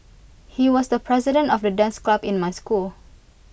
he was the president of the dance club in my school